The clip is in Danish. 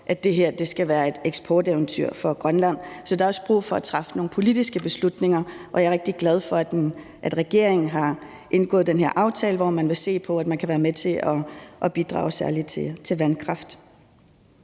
at det her skal være et eksporteventyr for Grønland, så der er også brug for at træffe nogle politiske beslutninger, og jeg er rigtig glad for, at regeringen har indgået den her aftale, hvor man vil se på, om man kan være med til at bidrage særlig i